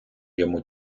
йому